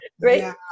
Right